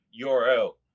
URL